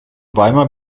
weimar